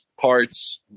parts